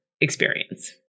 experience